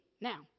now